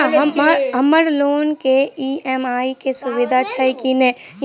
हम्मर लोन केँ ई.एम.आई केँ सुविधा छैय की नै?